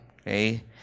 okay